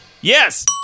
yes